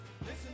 Listen